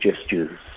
gestures